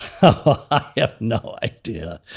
and yeah no idea!